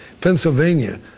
Pennsylvania